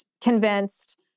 convinced